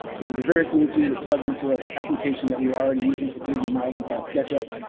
it was a very cool tool to plug into an application that we were already using for three d modeling called sketchup.